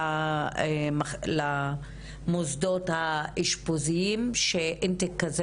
למוסדות האשפוזיים, שבאינטייק הזה